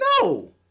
No